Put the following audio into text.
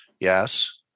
Yes